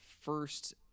first